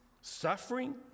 suffering